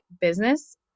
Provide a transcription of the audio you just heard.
business